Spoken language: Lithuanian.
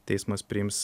teismas priims